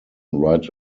write